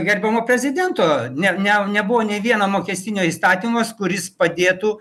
gerbiamo prezidento ne ne nebuvo nei vieno mokestinio įstatymas kuris padėtų